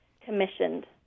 commissioned